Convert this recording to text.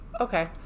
Okay